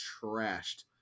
trashed